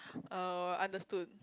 oh understood